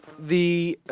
the ah.